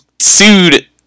sued